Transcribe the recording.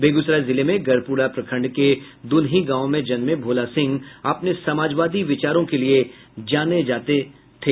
बेगूसराय जिले में गढ़पुरा प्रखंड के दुनही गांव में जन्मे भोला सिंह अपने समाजवादी विचारों के लिए जाने जाते थे